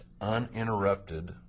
uninterrupted